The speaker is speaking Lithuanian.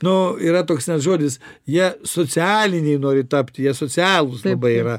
nu yra toks žodis jie socialiniai nori tapti jie socialūs labai yra